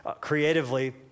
creatively